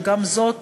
גם זאת